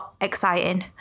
exciting